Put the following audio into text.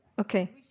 Okay